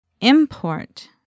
Import